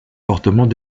fortement